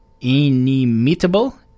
inimitable